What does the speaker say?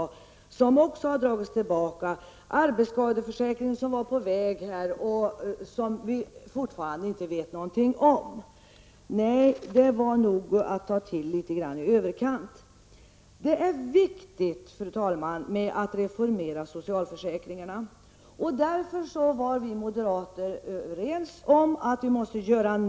Men också det förslaget har dragits tillbaka. Ett färdigutrett förslag till arbetsskadeförsäkring var på väg. Men fortfarande vet vi inte någonting om denna. Slutsatsen blir alltså att ni nog har tagit till litet i överkant. Det är viktigt, fru talman, att socialförsäkringarna reformeras. Därför har vi moderater enats om att någonting måste göras.